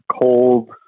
cold